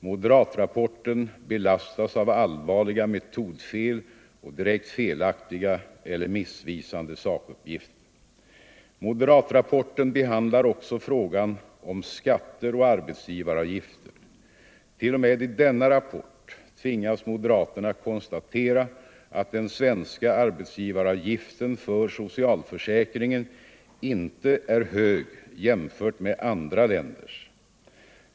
Moderatrapporten belastas av allvarliga metodfel och direkt felaktiga eller missvisande sakuppgifter. Moderatrapporten behandlar också frågan om skatter och arbetsgivaravgifter. T. o. m. i denna rapport tvingas moderaterna konstatera att den svenska arbetsgivaravgiften för socialförsäkringen inte är hög jämfört med andra länders.